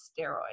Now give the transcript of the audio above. steroids